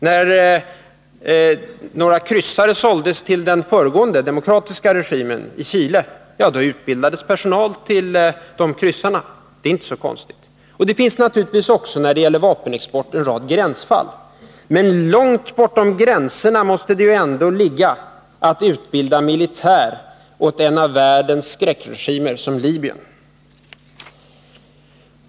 När några kryssare såldes till den föregående demokratiska regimen i Chile utbildades personal till de kryssarna. Det är inte så konstigt. Det finns naturligtvis när det gäller vapenexporten en rad gränsfall, men det måste ju ändå ligga långt bortom gränserna att utbilda militär åt en av världens skräckregimer som Libyen.